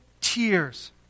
tears